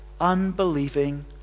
unbelieving